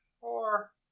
four